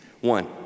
One